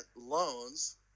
loans